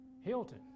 Hilton